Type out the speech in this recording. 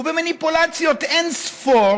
ובמניפולציות אין-ספור